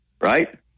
right